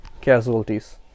casualties